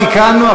תיקנו.